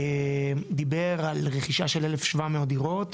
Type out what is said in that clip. דיבר על רכישה של 1,700 דירות --- תוספתיות,